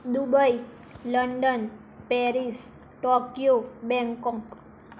Dubai London Paris Tokyo Bangkok